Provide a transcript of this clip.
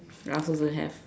I also don't have